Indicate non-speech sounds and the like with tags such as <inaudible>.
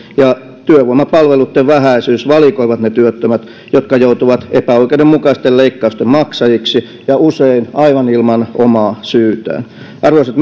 ja työvoimapalveluitten vähäisyys valikoivat ne työttömät jotka joutuvat epäoikeudenmukaisten leikkausten maksajiksi ja usein aivan ilman omaa syytään arvoisat <unintelligible>